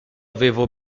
avevo